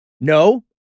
No